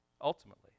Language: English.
ultimately